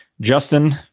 Justin